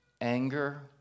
anger